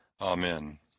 Amen